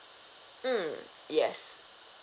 mm yes